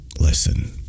Listen